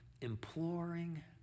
imploring